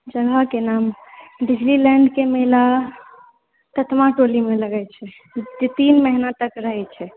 जगहके नाम डिजनीलैण्ड के मेला ततमा टोलीमे लगै छै तीन महीना तक रहै छै